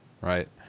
Right